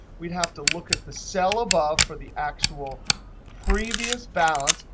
we'd have to look at the cell above for the actual previous balance,